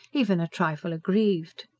even a trifle aggrieved.